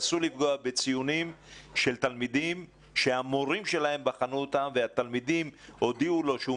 אסור לפגוע בציונים של תלמידים שהמורים שלהם בחנו אותם והודיעו להם שהם